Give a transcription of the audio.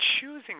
choosing